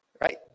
Right